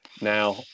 now